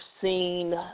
seen